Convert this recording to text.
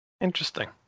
Interesting